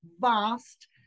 vast